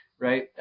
right